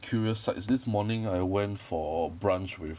curious sights this morning I went for brunch with